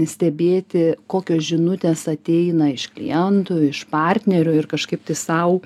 stebėti kokios žinutės ateina iš klientų iš partnerių ir kažkaip tai sau